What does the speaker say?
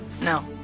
no